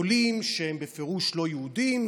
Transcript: עולים שהם בפירוש לא יהודים,